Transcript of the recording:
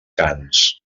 cants